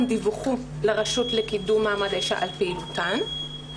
דיווחו לרשות לקידום מעמד האישה על פעילותן.